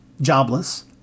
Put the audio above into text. jobless